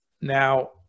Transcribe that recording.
Now